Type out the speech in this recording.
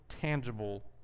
tangible